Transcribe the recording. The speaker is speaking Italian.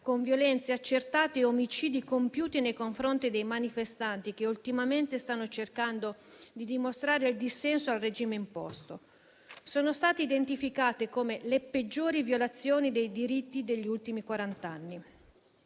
con violenze accertate e omicidi compiuti nei confronti dei manifestanti che ultimamente stanno cercando di dimostrare il dissenso al regime imposto. Sono state identificate come le peggiori violazioni dei diritti degli ultimi quarant'anni.